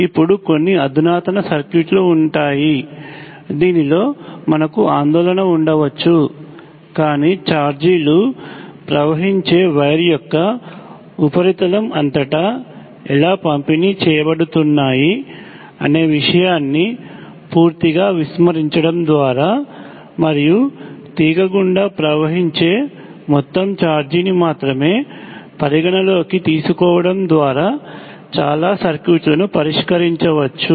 ఇప్పుడు కొన్ని అధునాతన సర్క్యూట్లు ఉంటాయి దీనిలో మనకు ఆందోళన ఉండవచ్చు కానీ ఛార్జీలు ప్రవహించే వైర్ యొక్క ఉపరితలం అంతటా ఎలా పంపిణీ చేయబడుతున్నాయి అనే విషయాన్ని పూర్తిగా విస్మరించడం ద్వారా మరియు తీగ గుండా ప్రవహించే మొత్తం ఛార్జీని మాత్రమే పరిగణనలోకి తీసుకోవడం ద్వారా చాలా సర్క్యూట్లను పరిష్కరించవచ్చు